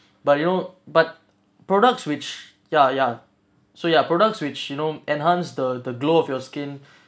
but you know but products which ya ya so ya products which you know enhance the the glow of your skin